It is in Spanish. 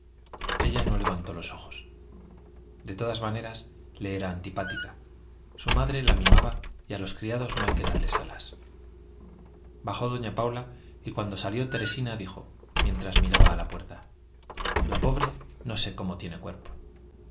ella no levantó los ojos de todas maneras le era antipática su madre la mimaba y a los criados no hay que darles alas bajó doña paula y cuando salió teresina dijo mientras miraba hacia la puerta la pobre no sé cómo tiene cuerpo